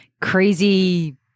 crazy